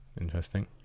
interesting